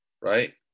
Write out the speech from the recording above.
right